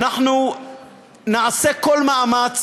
אנחנו נעשה כל מאמץ